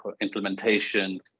implementation